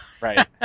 right